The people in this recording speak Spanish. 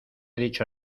dicho